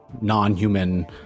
non-human